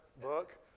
book